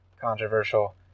controversial